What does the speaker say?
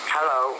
Hello